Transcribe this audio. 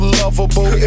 lovable